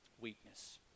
weakness